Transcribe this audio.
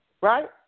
right